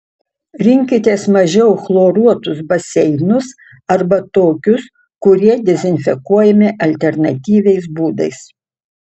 rinkitės mažiau chloruotus baseinus arba tokius kurie dezinfekuojami alternatyviais būdais